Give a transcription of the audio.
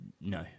no